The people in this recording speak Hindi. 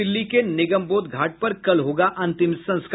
दिल्ली के निगमबोध घाट पर कल होगा अंतिम संस्कार